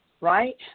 right